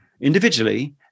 individually